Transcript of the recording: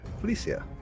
Felicia